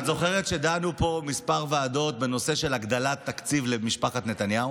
את זוכרת שדנו פה כמה ועדות בנושא של הגדלת התקציב למשפחת נתניהו?